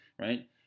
right